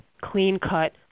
clean-cut